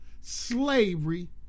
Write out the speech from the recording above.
slavery